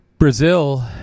Brazil